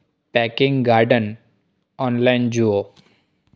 packing garden online જુઓ